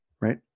Right